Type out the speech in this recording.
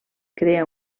crea